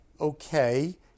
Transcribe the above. okay